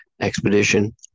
expedition